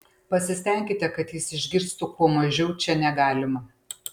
pasistenkite kad jis išgirstų kuo mažiau čia negalima